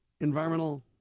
environmental